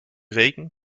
regen